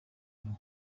ubu